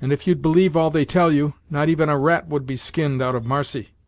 and if you'd believe all they tell you, not even a rat would be skinned, out of marcy.